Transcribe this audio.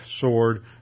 sword